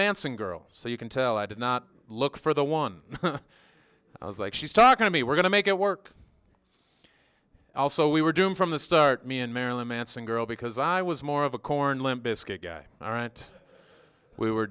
manson girl so you can tell i did not look for the one i was like she's talking to me we're going to make it work also we were doomed from the start me and marilyn manson girl because i was more of a corn limp bizkit guy all right we were